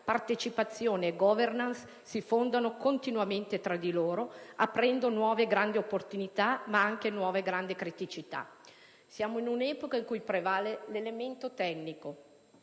partecipazione e *governance* si fondono continuamente tra di loro, aprendo nuove grandi opportunità ma anche nuove grandi criticità. Siamo in un'epoca in cui prevale l'elemento tecnico;